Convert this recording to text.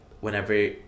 whenever